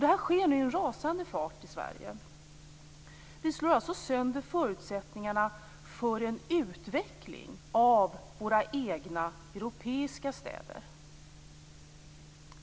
Det här sker i en rasande fart i Sverige och slår sönder förutsättningarna för en utveckling av våra egna europeiska städer.